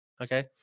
Okay